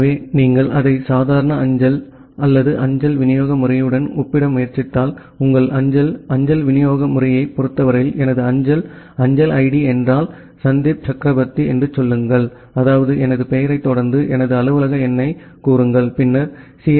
எனவே நீங்கள் அதை சாதாரண அஞ்சல் அஞ்சல் விநியோக முறையுடன் ஒப்பிட முயற்சித்தால் உங்கள் அஞ்சல் அஞ்சல் விநியோக முறையைப் பொறுத்தவரையில் எனது அஞ்சல் அஞ்சல் ஐடி என்றால் சந்தீப் சக்ரபர்த்தி என்று சொல்லுங்கள் அதாவது எனது பெயரைத் தொடர்ந்து எனது அலுவலக எண்ணைக் கூறுங்கள் பின்னர் சி